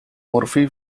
murphy